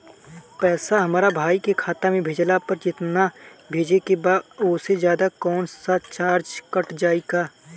पैसा हमरा भाई के खाता मे भेजला पर जेतना भेजे के बा औसे जादे कौनोचार्ज कट जाई का?